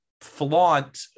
flaunt